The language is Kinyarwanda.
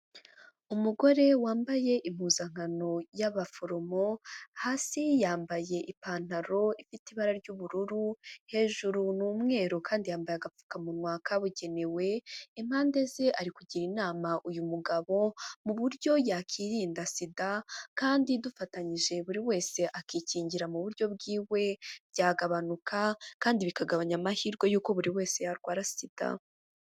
Umugore wambaye impuzankano y'abaforomo, hasi yambaye ipantaro ifite ibara ry'ubururu, hejuru ni umweru kandi yambaye agapfukamunwa kabugenewe, impande ze ari kugira inama uyu mugabo, mu buryo yakirinda sida, kandi dufatanyije buri wese akikingira mu buryo bw'iwe, byagabanuka, kandi bikagabanya amahirwe y'uko buri wese yarwara sida.